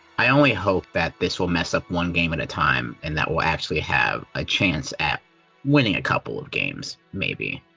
i only hope that this will mess up one game at a time and that we'll actually have a chance at winning a couple of games, maybe,